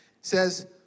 says